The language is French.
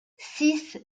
six